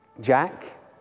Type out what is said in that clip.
Jack